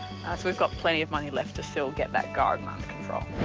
we've got plenty of money left to still get that garden under control.